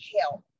help